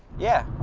yeah,